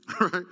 right